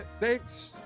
thanks,